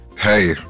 Hey